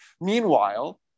Meanwhile